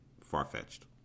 far-fetched